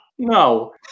No